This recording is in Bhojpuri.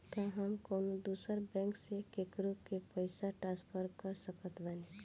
का हम कउनों दूसर बैंक से केकरों के पइसा ट्रांसफर कर सकत बानी?